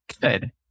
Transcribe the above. good